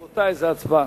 רבותי, זו ההצבעה.